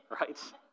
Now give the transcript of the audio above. right